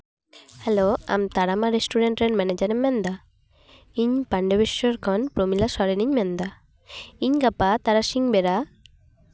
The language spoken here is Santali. ᱦᱮᱞᱳ ᱟᱢ ᱛᱟᱨᱟᱢᱟ ᱨᱮᱥᱴᱩᱨᱮᱱᱴ ᱨᱮᱱ ᱢᱮᱱᱮᱡᱟᱨᱮᱢ ᱢᱮᱱᱫᱟ ᱤᱧ ᱯᱟᱱᱰᱚᱵᱮᱥᱥᱚᱨ ᱠᱷᱚᱱ ᱯᱨᱚᱢᱤᱞᱟ ᱥᱚᱨᱮᱱᱤᱧ ᱢᱮᱱᱫᱟ ᱤᱧ ᱜᱟᱯᱟ ᱛᱟᱨᱟᱥᱤᱧ ᱵᱮᱲᱟ